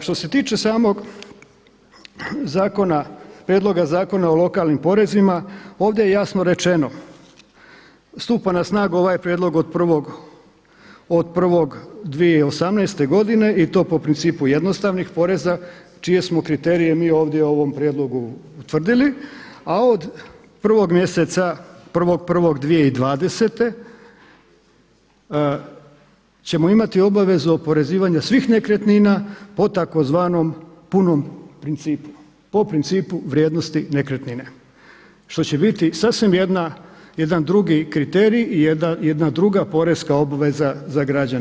Što se tiče samog zakona, prijedloga Zakona o lokalnim porezima ovdje je jasno rečeno stupa na snagu ovaj prijedlog od 1.1.2018. godine i to po principu jednostavnih poreza čije smo kriterije mi ovdje u ovom prijedlogu utvrdili a od 1. mjeseca, 1.1.2020. ćemo imati obavezu oporezivanja svih nekretnina po tzv. punom principu, po principu vrijednosti nekretnine što će biti sasvim jedan drugi kriterij i jedna druga porezna obveza za građane.